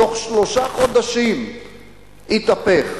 בתוך שלושה חודשים התהפך,